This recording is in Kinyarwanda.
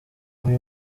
uyu